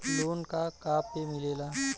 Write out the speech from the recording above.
Loan का का पे मिलेला?